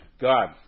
God